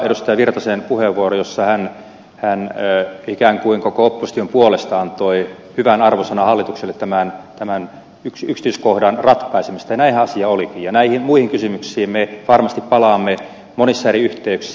erkki virtanen puheenvuoro jossa hän ikään kuin koko opposition puolesta antoi hyvän arvosanan hallitukselle tämän yksityiskohdan ratkaisemisesta ja näinhän asia olikin ja näihin muihin kysymyksiin me varmasti palaamme monissa eri yhteyksissä